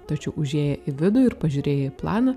tačiau užėję į vidų ir pažiūrėję planą